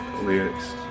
lyrics